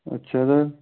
अच्छा सर